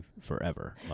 forever